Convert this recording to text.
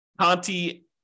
Conti